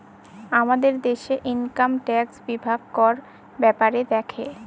আমাদের দেশে income tax বিভাগ কর ব্যাপারে দেখে